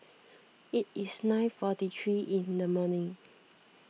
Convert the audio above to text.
it is nine forty three in the morning